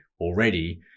already